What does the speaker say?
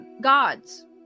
gods